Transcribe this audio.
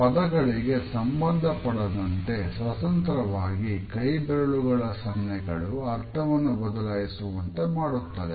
ಪದಗಳಿಗೆ ಸಂಬಂಧ ಪಡೆದಂತೆ ಸ್ವತಂತ್ರವಾಗಿ ಕೈಬೆರಳುಗಳ ಸನ್ನೆಗಳು ಅರ್ಥವನ್ನು ಬದಲಾಯಿಸುವಂತೆ ಮಾಡುತ್ತದೆ